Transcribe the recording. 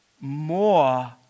more